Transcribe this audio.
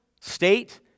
state